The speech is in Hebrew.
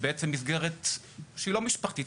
שהיא בעצם מסגרת לא משפחתית,